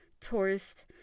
tourist